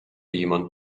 jemand